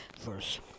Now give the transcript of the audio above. verse